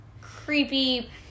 creepy